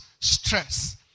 stress